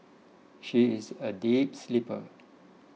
she is a deep sleeper